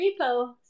repo